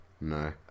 No